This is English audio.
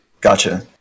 Gotcha